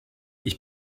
ich